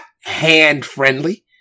hand-friendly